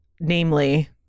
Namely